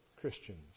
Christians